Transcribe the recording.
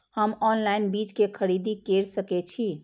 हम ऑनलाइन बीज के खरीदी केर सके छी?